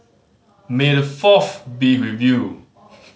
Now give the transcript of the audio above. may the Fourth be with you